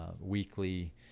weekly